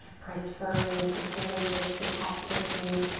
press firmly into the fingertips, the tops of the feet.